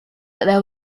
there